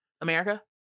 America